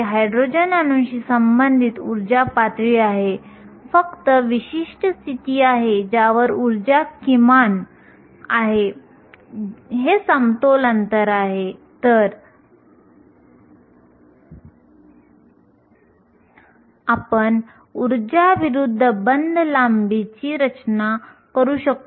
जोपर्यंत आपण 1000 नॅनोमीटरपेक्षा कमी असलेल्या तरंगलांबीसह प्रकाश चमकतो याचा अर्थ उर्जा ही बँड अंतरपेक्षा जास्त असेल आपण नेहमी व्हॅलेन्स बँडपासून वाहक बँडपर्यंत वाहकांना उत्तेजित करू शकता